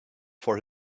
for